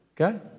okay